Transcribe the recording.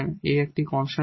a একটি একটি constant